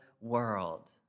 world